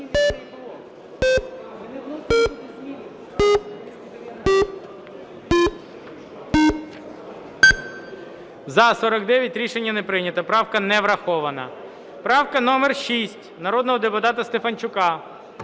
За-49 Рішення не прийнято. Правка не врахована. Правка номер 6 народного депутата Стефанчука.